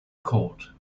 caught